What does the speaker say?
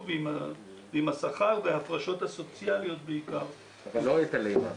ואם השכר וההפרשות הסוציאליות בעיקר --- אבל לא היטלי מס?